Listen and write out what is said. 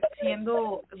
siendo